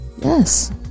Yes